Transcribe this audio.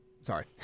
Sorry